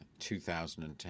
2010